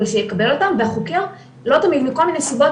שיקבל אותם והחוקר לא תמיד מכל מיני סיבות,